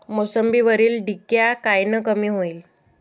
मोसंबीवरील डिक्या कायनं कमी होईल?